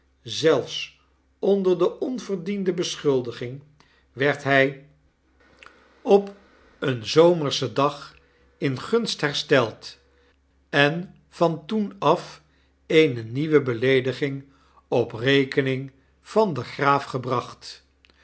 zelfs onder de onverdiende beschuldiging werd hij juffrouw lirriper en hare commesalen op een zomerschen dag in gunst hersteld en van toen af eene nieuwe beleediging op rekening van den graaf gebracht